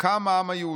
קם העם היהודי,